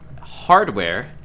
hardware